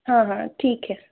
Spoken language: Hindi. हाँ हाँ ठीक है